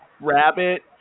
rabbit